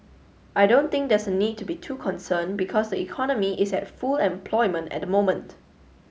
I don't think there's a need to be too concerned because the economy is at full employment at the moment